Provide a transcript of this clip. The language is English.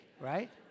right